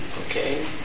okay